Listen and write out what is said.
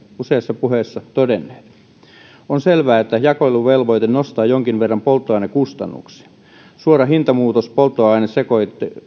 useissa puheissa todenneet on selvää että jakeluvelvoite nostaa jonkin verran polttoainekustannuksia suora hintamuutos polttoainesekoitteessa